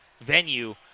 venue